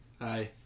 Hi